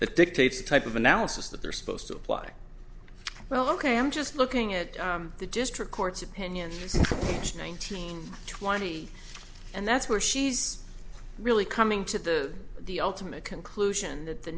that dictates the type of analysis that they're supposed to apply well ok i'm just looking at the district court's opinion nineteen twenty and that's where she's really coming to the ultimate conclusion that the